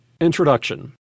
Introduction